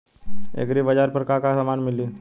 एग्रीबाजार पर का का समान मिली?